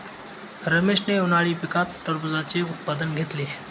रमेशने उन्हाळी पिकात टरबूजाचे उत्पादन घेतले